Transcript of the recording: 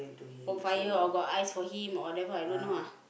got fire or got eyes for him or whatever I don't know ah